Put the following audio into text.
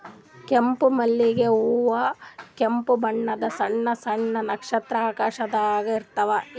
ಕೆಂಪ್ ಮಲ್ಲಿಗ್ ಹೂವಾ ಕೆಂಪ್ ಬಣ್ಣದ್ ಸಣ್ಣ್ ಸಣ್ಣು ನಕ್ಷತ್ರ ಆಕಾರದಾಗ್ ಇರ್ತವ್